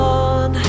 on